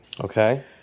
Okay